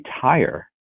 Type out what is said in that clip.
tire